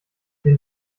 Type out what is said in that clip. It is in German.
den